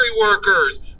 workers